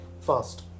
fast